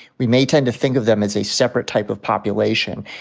we may tend to think of them as a separate type of population.